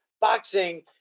Boxing